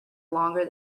longer